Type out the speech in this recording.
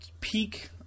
peak